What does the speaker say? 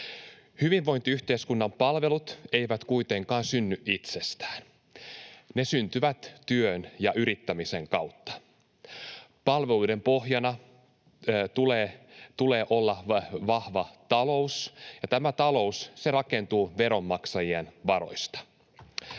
Hyvinvointiyhteiskunnan palvelut eivät kuitenkaan synny itsestään, ne syntyvät työn ja yrittämisen kautta. Palveluiden pohjana tulee olla vahva talous, ja talous rakentuu veronmaksajien varoista.